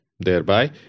thereby